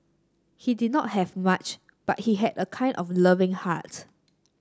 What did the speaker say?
he did not have much but he had a kind and loving heart